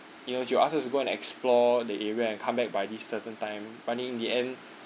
you know she asked us to go and explore the area and come back by this certain time running in the end